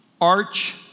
arch